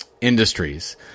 industries